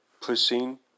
pushing